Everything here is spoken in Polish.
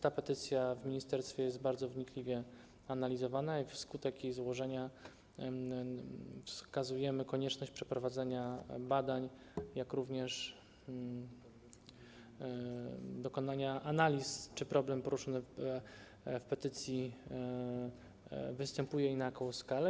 Ta petycja w ministerstwie jest bardzo wnikliwie analizowana i wskutek jej złożenia wskazujemy na konieczność przeprowadzenia badań i dokonania analiz, czy problem poruszony w petycji występuje i na jaką skalę.